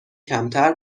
کمتر